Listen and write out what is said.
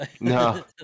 No